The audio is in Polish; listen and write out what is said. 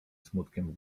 smutkiem